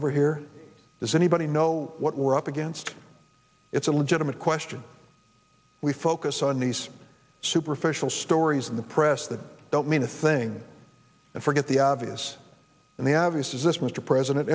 over here does anybody know what we're up against it's a legitimate question we focus on these superficial stories in the press that don't mean a thing and forget the obvious and they have this is this mr president